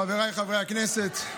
חבריי חברי הכנסת,